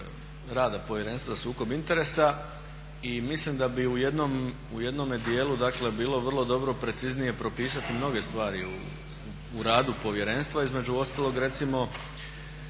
rada Povjerenstva za sukob interesa. I mislim da bi u jednome dijelu dakle bilo vrlo dobro preciznije propisati mnoge stvari u radu povjerenstva. Između ostalog recimo